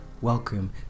Welcome